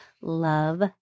love